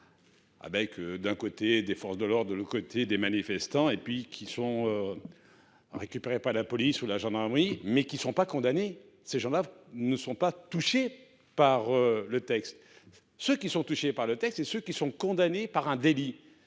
Avec d'un côté des forces de l'or, de l'autre côté des manifestants. Et puis qui sont. Récupérées pas la police ou la gendarmerie mais qui sont pas condamnées, ces gens-là ne sont pas touchés par le texte. Ceux qui sont touchés par le texte et ceux qui sont condamnés par un délit